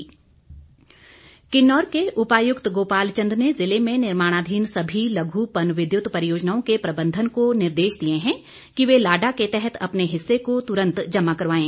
DC Kinnaur Kinnaur के उपायुक्त गोपाल चंद ने ज़िले में निर्माणाधीन सभी लघु पन विद्युत परियोजनाओं के प्रबंधन को निर्देश दिए हैं कि वे लाडा के तहत अपने हिस्से को तुरंत जमा करवाएं